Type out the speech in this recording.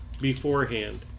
beforehand